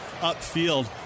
upfield